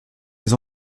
les